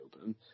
open